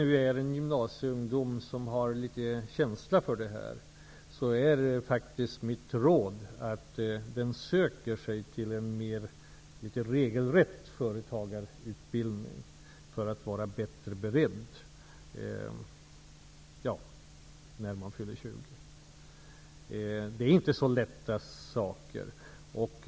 Mitt råd till gymnasiestuderande som har litet känsla för det här är faktiskt att söka sig till en mer regelrätt företagarutbildning för att vara bättre beredd när man fyller 20 år. Det är inte så lätta saker att ge sig in i.